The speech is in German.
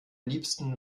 liebsten